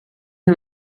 him